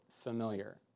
familiar